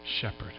shepherd